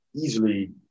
easily